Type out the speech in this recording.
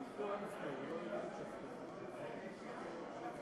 חרתה המהפכה הצרפתית על דגלה את עקרונות החירות,